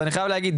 ואני חייב להגיד,